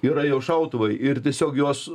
yra jau šautuvai ir tiesiog juos